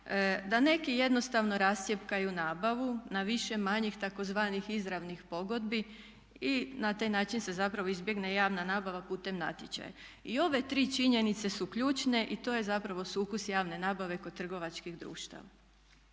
da neki jednostavno rascjepkaju nabavu na više manjih tzv. izravnih pogodbi i na taj način se zapravo izbjegne javna nabava putem natječaja. I ove tri činjenice su ključne i to je zapravo sukus javne nabave kod trgovačkih društava.